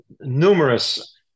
numerous